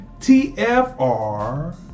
TFR